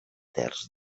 terç